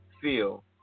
feel